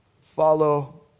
follow